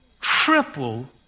triple